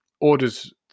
orders